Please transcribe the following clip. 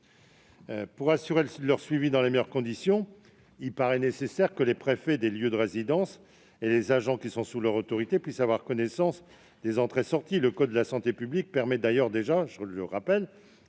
Pour assurer leur suivi dans les meilleures conditions, il nous paraît nécessaire que les préfets des lieux de résidence, ainsi que les agents qui sont placés sous leur autorité, puissent avoir connaissance des entrées et des sorties. Le code de la santé publique permet d'ailleurs déjà aux préfets